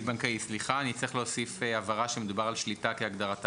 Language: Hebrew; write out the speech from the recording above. נצטרך להוסיף הבהרה שמדובר על שליטה כהגדרתה